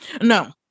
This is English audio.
no